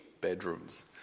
bedrooms